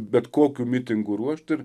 bet kokių mitingų ruošti ir